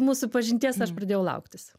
mūsų pažinties aš pradėjau lauktis